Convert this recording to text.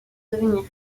devenir